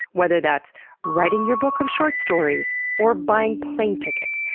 whether that's writing your book of short stories or buying plane tickets.